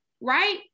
Right